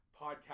podcast